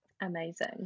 Amazing